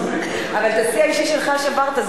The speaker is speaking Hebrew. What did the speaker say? אבל את השיא האישי שלך שברת,